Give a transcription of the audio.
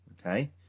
Okay